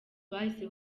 bahise